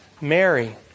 Mary